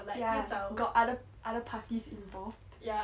ya got other other parties involved